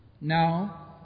Now